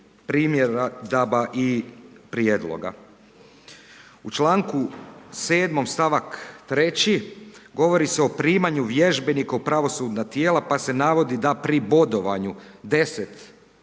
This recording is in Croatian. primjedaba i prijedloga. U čl. 7., st. 3. govori se o primanju vježbenika u pravosudna tijela, pa se navodi da pri bodovanju 10%